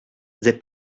they